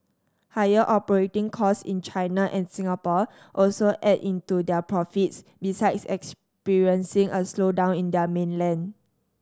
higher operating cost in China and Singapore also ate into their profits besides experiencing a slowdown in their mainland